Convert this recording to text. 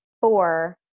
four